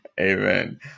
Amen